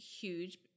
huge